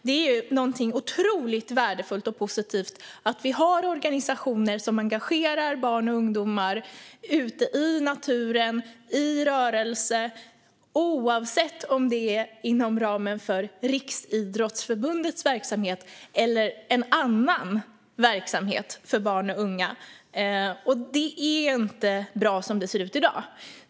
Det är ju någonting otroligt värdefullt och positivt att det finns organisationer som engagerar barn och ungdomar i att röra sig ute i naturen, oavsett om det är inom ramen för Riksidrottsförbundets verksamhet eller någon annan verksamhet för barn och unga. Men förutsättningarna är inte bra som det ser ut i dag.